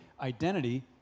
identity